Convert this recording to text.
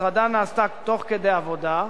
שההטרדה נעשתה תוך כדי עבודה,